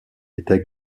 était